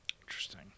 Interesting